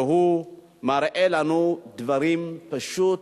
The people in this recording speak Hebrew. שמראה לנו דברים שפשוט